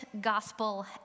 gospel